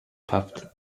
puffed